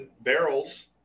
barrels